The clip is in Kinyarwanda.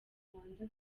rwanda